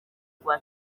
rwa